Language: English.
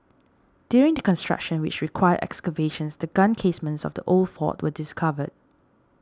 during the construction which required excavations the gun casements of the old fort were discovered